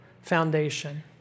foundation